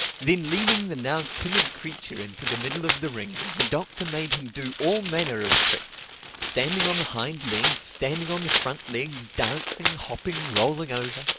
then leading the now timid creature into the middle of the ring, the doctor made him do all manner of tricks standing on the hind legs, standing on the front legs, dancing, hopping, rolling over.